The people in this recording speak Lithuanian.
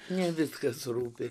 neviskas rūpi